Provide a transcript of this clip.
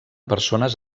persones